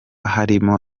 harimo